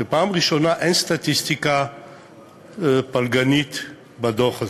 שפעם ראשונה, אין סטטיסטיקה פלגנית בדוח הזה,